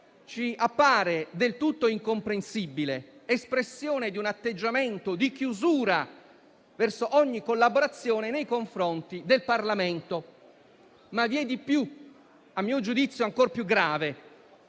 ci appare del tutto incomprensibile, espressione di un atteggiamento di chiusura verso ogni collaborazione nei confronti del Parlamento. Ma vi è qualcosa in più, a mio giudizio ancor più grave,